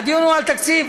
והדיון הוא על תקציב,